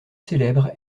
célèbres